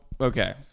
okay